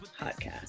Podcast